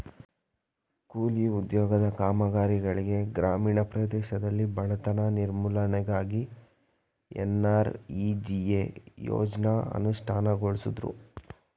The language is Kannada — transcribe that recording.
ಕೂಲಿ ಉದ್ಯೋಗದ ಕಾಮಗಾರಿಗಳಿಗೆ ಗ್ರಾಮೀಣ ಪ್ರದೇಶದಲ್ಲಿ ಬಡತನ ನಿರ್ಮೂಲನೆಗಾಗಿ ಎನ್.ಆರ್.ಇ.ಜಿ.ಎ ಯೋಜ್ನ ಅನುಷ್ಠಾನಗೊಳಿಸುದ್ರು